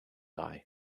eye